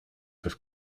have